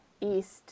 east